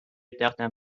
تختم